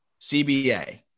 CBA